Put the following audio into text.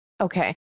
Okay